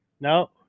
No